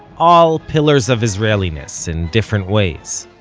all pillars of israeliness, in different ways.